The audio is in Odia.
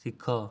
ଶିଖ